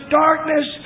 darkness